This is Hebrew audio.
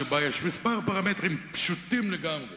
שבה יש כמה פרמטרים פשוטים לגמרי